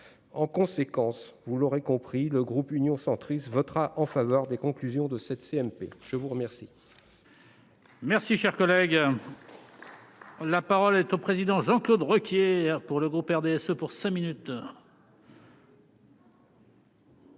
en conséquence, vous l'aurez compris le groupe Union centriste votera en faveur des conclusions de cette CMP, je vous remercie. Merci, cher collègue. La parole est au président Jean-Claude Requier pour le groupe RDSE pour 5 minutes.